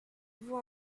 vous